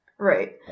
Right